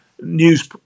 news